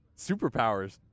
superpowers